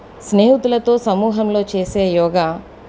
స్నేహితులతో సమూహంలో చేసే యోగా